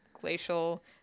glacial